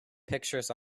pictures